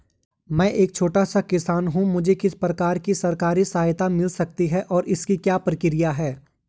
मैं एक छोटा किसान हूँ मुझे किस प्रकार की सरकारी सहायता मिल सकती है और इसकी क्या प्रक्रिया है?